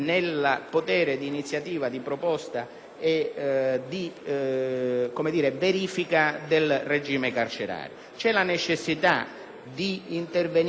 e di verifica del regime carcerario, così come la necessità di intervenire nella fase che riguarda